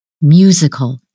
Musical